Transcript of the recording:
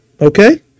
Okay